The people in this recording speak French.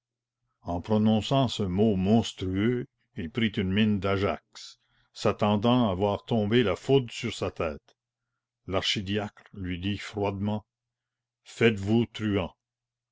en prononçant ce mot monstrueux il prit une mine d'ajax s'attendant à voir tomber la foudre sur sa tête l'archidiacre lui dit froidement faites-vous truand